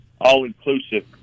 all-inclusive